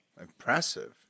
impressive